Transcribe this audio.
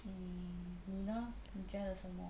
mmhmm 你你真的什么